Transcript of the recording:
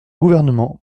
gouvernement